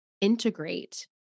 integrate